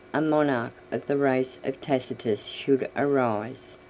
a monarch of the race of tacitus should arise,